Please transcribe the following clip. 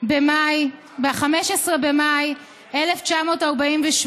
15 במאי 1948,